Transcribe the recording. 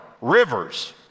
rivers